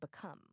become